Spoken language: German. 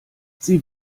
sie